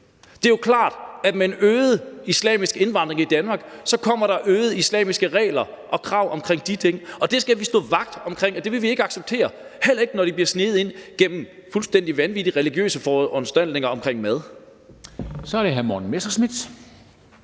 Det er jo klart, at med en øget islamisk indvandring i Danmark kommer der flere islamiske regler og krav omkring de ting. Det skal vi stå vagt om, i forhold til at vi ikke vil acceptere det – heller ikke, når de bliver sneget ind gennem fuldstændig vanvittige religiøse foranstaltninger omkring mad. Kl. 11:02 Formanden (Henrik